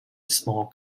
small